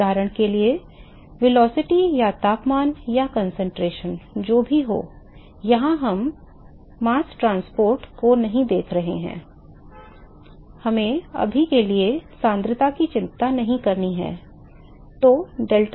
उदाहरण के लिए वेग या तापमान या सांद्रता जो भी हो यहाँ हम मां ट्रांसपोर्ट को नहीं देख रहे हैं हमें अभी के लिए सांद्रता की चिंता नहीं करनी चाहिए